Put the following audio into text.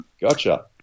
Gotcha